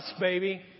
baby